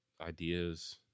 ideas